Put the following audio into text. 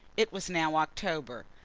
it was now october.